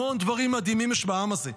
המון דברים מדהימים יש בעם הזה,